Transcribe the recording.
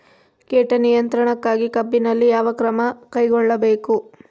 ಕೇಟ ನಿಯಂತ್ರಣಕ್ಕಾಗಿ ಕಬ್ಬಿನಲ್ಲಿ ಯಾವ ಕ್ರಮ ಕೈಗೊಳ್ಳಬೇಕು?